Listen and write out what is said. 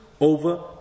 over